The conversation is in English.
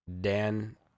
Dan